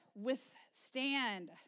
withstand